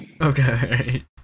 Okay